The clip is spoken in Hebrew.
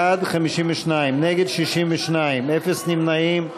בעד, 52, נגד, 62, אפס נמנעים.